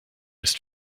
ist